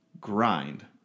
grind